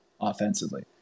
offensively